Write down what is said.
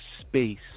space